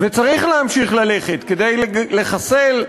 וצריך להמשיך ללכת כדי לחסל,